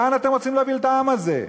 לאן אתם רוצים להוביל את העם הזה?